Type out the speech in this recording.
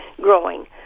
growing